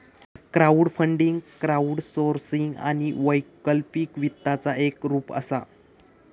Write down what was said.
crowdfunding crowdsourcing आणि वैकल्पिक वित्ताचा एक रूप असा